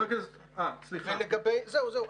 זהו.